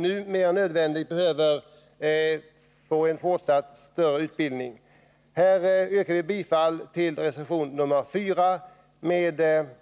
Nu behövs mer än någonsin en ökad utbildning inom detta område. Jag yrkar bifall till reservation nr 4,